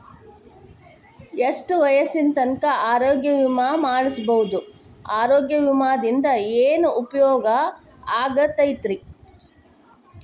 ಎಷ್ಟ ವಯಸ್ಸಿನ ತನಕ ಆರೋಗ್ಯ ವಿಮಾ ಮಾಡಸಬಹುದು ಆರೋಗ್ಯ ವಿಮಾದಿಂದ ಏನು ಉಪಯೋಗ ಆಗತೈತ್ರಿ?